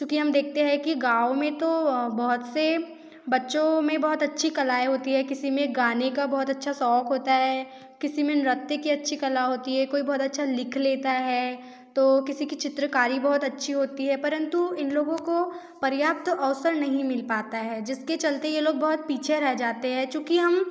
क्योंकि हम देखते हैं कि गाँव में तो बहुत से बच्चो में बहुत अच्छी कलाएं होती है किसी में गाने का बहुत अच्छा शौक़ होता है किसी में नृत्य की अच्छी कला होती है कोई बहुत अच्छा लिख लेता है तो किसी की चित्रकारी बहुत अच्छी होती है परन्तु इन लोगों को पर्याप्त अवसर नहीं मिल पता है जिसके चलते ये लोग बहुत पीछे रह जाते है चूँकि हम